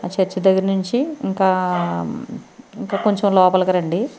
ఆ చర్చ్ దగ్గర నుంచి ఇంకా ఇంకా కొంచెం లోపలికి రండి